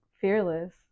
fearless